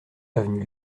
avenue